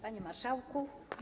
Panie Marszałku!